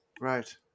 Right